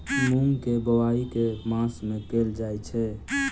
मूँग केँ बोवाई केँ मास मे कैल जाएँ छैय?